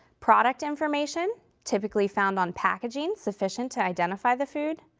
product information typically found on packaging sufficient to identify the food,